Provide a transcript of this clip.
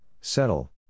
settle